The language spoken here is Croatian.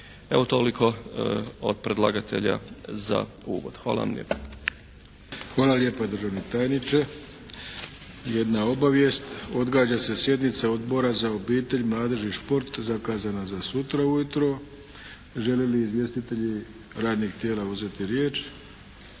Evo, toliko od predlagatelja za uvod. Hvala vam lijepa.